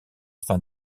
fin